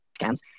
scams